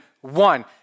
one